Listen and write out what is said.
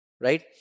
Right